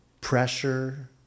pressure